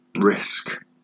risk